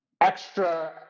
extra